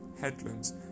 headlands